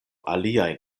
aliajn